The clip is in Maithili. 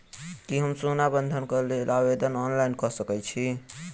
की हम सोना बंधन कऽ लेल आवेदन ऑनलाइन कऽ सकै छी?